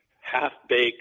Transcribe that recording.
half-baked